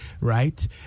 right